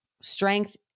Strength